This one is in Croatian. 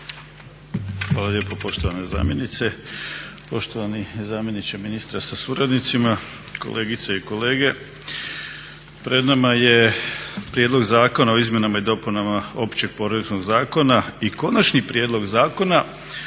Hvala lijepo poštovana zamjenice. Poštovani zamjeniče ministra sa suradnicima, kolegice i kolege. Pred nama je prijedlog zakona o izmjenama i dopunama Općeg poreznog zakona i Konačni prijedlog zakona,